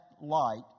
light